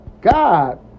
god